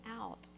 out